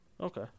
Okay